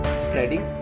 spreading